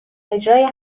اجرای